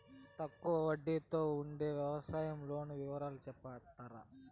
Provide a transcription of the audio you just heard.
తక్కువ వడ్డీ తో ఉండే వ్యవసాయం లోను వివరాలు సెప్తారా?